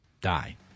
die